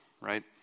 right